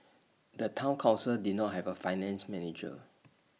the Town Council did not have A finance manager